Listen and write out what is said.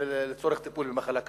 לצורך טיפול במחלה קשה.